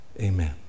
Amen